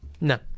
No